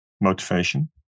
motivation